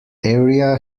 area